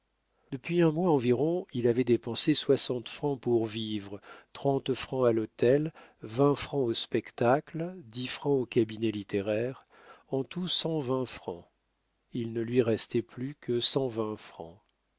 depuis un mois environ il avait dépensé soixante francs pour vivre trente francs à l'hôtel vingt francs au spectacle dix francs au cabinet littéraire en tout cent vingt francs il ne lui restait plus que cent vingt francs